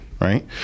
Right